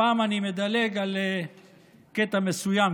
הפעם אני מדלג על קטע מסוים,